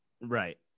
Right